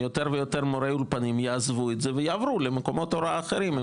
יותר ויותר מורי אולפנים יעזבו את זה ויעברו למקומות הוראה אחרים.